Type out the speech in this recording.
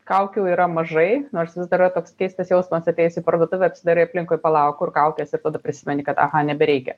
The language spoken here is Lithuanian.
kaukių yra mažai nors vis dar yra toks keistas jausmas atėjus į parduotuvę apsidairai aplinkui pala o kur kaukės ir tada prisimeni kad aha nebereikia